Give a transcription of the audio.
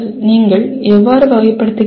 நீங்கள் எவ்வாறு வகைப்படுத்துகிறீர்கள்